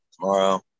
tomorrow